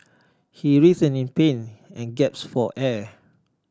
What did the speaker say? he writh in pain and gasped for air